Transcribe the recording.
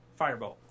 Firebolt